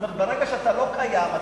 ברגע שאתה לא קיים,